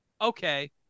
Okay